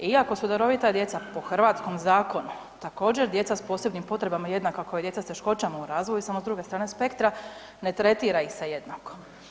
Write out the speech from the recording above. Iako su darovita djeca po hrvatskom zakonu, također, djeca s posebnim potrebama jednako kao i djeca s teškoćama u razvoju, samo s druge strane spektra, ne tretira ih se jednako.